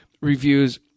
reviews